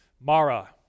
Mara